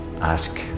ask